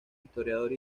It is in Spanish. historiador